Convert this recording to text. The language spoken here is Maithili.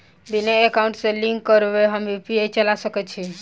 बिना एकाउंट सँ लिंक करौने हम यु.पी.आई चला सकैत छी?